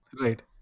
Right